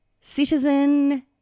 Citizen